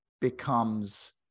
becomes